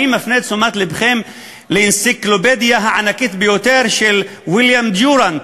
אני מפנה את תשומת לבכם לאנציקלופדיה הענקית של ויליאם דוראנט,